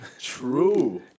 True